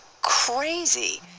crazy